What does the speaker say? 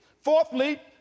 Fourthly